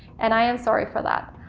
and i am sorry for that.